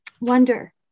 wonder